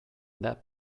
that